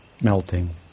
melting